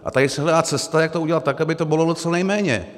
A tady se hledá cesta, jak to udělat tak, aby to bolelo co nejméně.